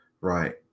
right